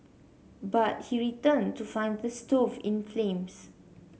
but he returned to find the stove in flames